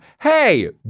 Hey